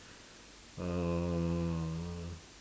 uh